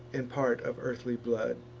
and part of earthly blood,